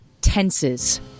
tenses